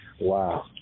Wow